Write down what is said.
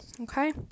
okay